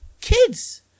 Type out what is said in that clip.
Kids